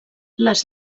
les